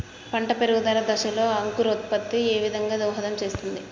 పంట పెరుగుదల దశలో అంకురోత్ఫత్తి ఏ విధంగా దోహదం చేస్తుంది?